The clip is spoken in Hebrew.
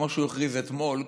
כמו שהוא הכריז אתמול,